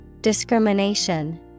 Discrimination